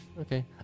okay